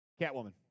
Catwoman